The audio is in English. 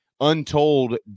untold